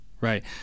Right